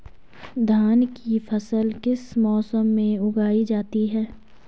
धान की फसल किस मौसम में उगाई जाती है?